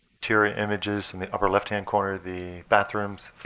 interior images, in the upper left hand corner the bathrooms.